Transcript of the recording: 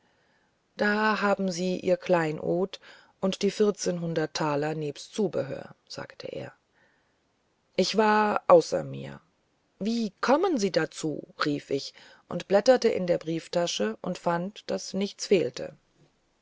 da haben sie ihr kleinod und die vierzehnhundert taler nebst zubehör sagte er ich war außer mir wie kommen sie dazu rief ich und blätterte in der brieftasche und fand daß nichts fehlte